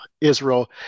Israel